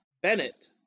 Bennett